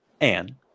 Anne